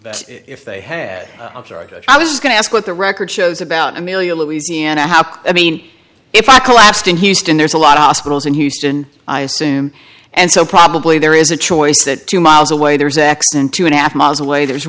think if they had i was going to ask what the record shows about amelia louisiana how i mean if i collapsed in houston there's a lot of hospitals in houston i assume and so probably there is a choice that two miles away there is x then two and a half miles away there's